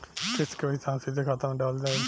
किस्त के पईसा हम सीधे खाता में डाल देम?